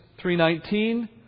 3.19